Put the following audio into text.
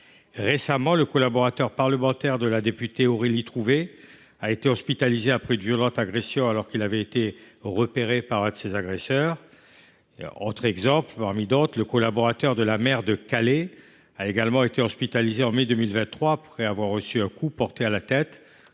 Récemment, le collaborateur parlementaire de la députée Aurélie Trouvé a été hospitalisé après une violente agression, alors qu’il avait été repéré par l’un de ses agresseurs. Autre exemple, parmi d’autres : le collaborateur de la maire de Calais a également été hospitalisé en mai 2023 après avoir reçu un coup porté à la tête